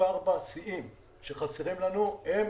ו-54 השיאים שחסרים לנו, הם